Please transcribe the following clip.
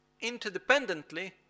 interdependently